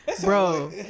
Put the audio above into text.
bro